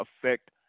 affect